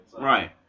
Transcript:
right